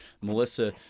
Melissa